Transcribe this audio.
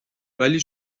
ولی